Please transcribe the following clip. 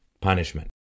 punishment